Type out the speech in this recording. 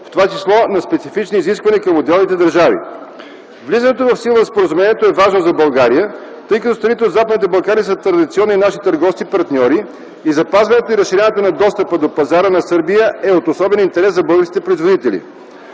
в т.ч. на специфични изисквания към отделните държави. Влизането в сила на Споразумението е важно за България, тъй като страните от Западните Балкани са традиционни наши търговски партньори и запазването и разширяването на достъпа до пазара на Сърбия е от особен интерес за българските производители.